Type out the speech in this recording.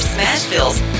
Smashville's